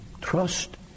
trust